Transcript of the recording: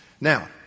Now